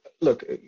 look